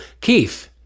Keith